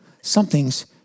Something's